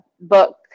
book